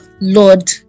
Lord